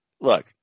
look